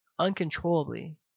Uncontrollably